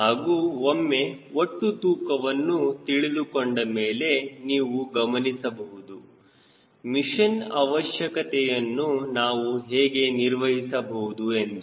ಹಾಗೂ ಒಮ್ಮೆ ಒಟ್ಟು ತೂಕವನ್ನು ತಿಳಿದುಕೊಂಡ ಮೇಲೆ ನೀವು ಗಮನಿಸಬಹುದು ಮಿಷನ್ ಅವಶ್ಯಕತೆಯನ್ನು ನಾವು ಹೇಗೆ ನಿರ್ವಹಿಸಬಹುದು ಎಂದು